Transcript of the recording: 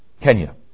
Kenya